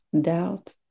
doubt